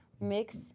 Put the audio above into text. Mix